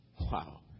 wow